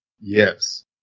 Yes